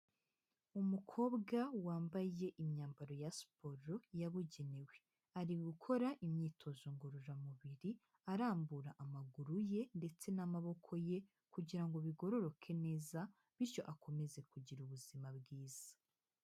Umukobwa wambaye imyambaro ya siporo yabugenewe, ari gukora imyitozo ngororamubiri arambura amaguru ye ndetse n'amaboko ye kugira ngo bigororoke neza bityo akomeze kugira ubuzima bwiza.